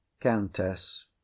Countess